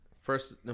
First